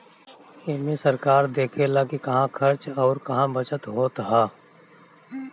एमे सरकार देखऽला कि कहां खर्च अउर कहा बचत होत हअ